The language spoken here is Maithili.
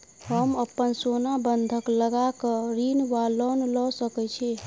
हम अप्पन सोना बंधक लगा कऽ ऋण वा लोन लऽ सकै छी?